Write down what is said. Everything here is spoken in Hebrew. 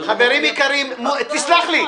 חברים, סלח לי.